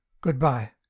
Goodbye